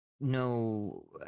no